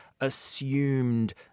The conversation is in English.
assumed